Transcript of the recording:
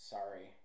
Sorry